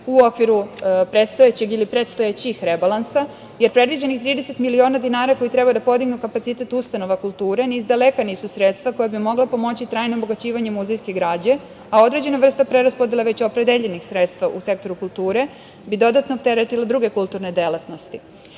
u okviru predstojećeg ili predstojećih rebalansa, jer predviđenih 30 miliona dinara koji treba da podignu kapacitet ustanova kulture ni iz daleka nisu sredstva koja bi mogla pomoći trajnom obogaćivanjem muzejske građe, a određena vrsta preraspodele već opredeljenih sredstava u sektoru kulture bi dodatno opteretila druge kulturne delatnosti. Posebno